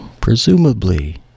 presumably